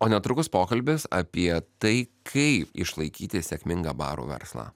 o netrukus pokalbis apie tai kaip išlaikyti sėkmingą barų verslą